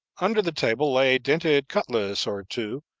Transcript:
under the table lay a dented cutlass or two,